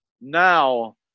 now